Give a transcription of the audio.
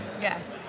Yes